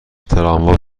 تراموا